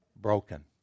Broken